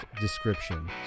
description